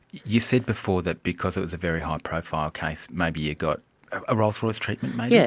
you said before that because it was a very high-profile case, maybe you got a rolls-royce treatment maybe, yeah